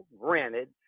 granted